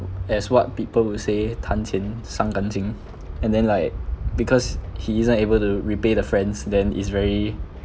as what people will say and then like because he isn't able to repay the friends then is very